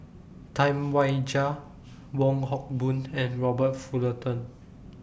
Tam Wai Jia Wong Hock Boon and Robert Fullerton